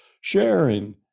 sharing